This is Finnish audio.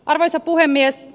arvoisa puhemies